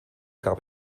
gab